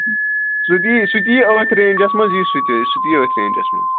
سُہ تہِ یی سُہ تہِ یی أتھۍ ریٚنجس منٛز یی سُہ تہِ سُہ تہِ یی أتھۍ ریٚنجس منٛز